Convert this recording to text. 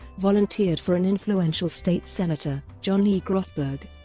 volunteered for an influential state senator, john e. grotberg.